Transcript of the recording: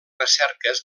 recerques